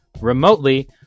remotely